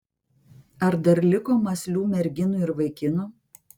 ar dar liko mąslių merginų ir vaikinų